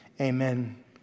Amen